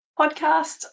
podcast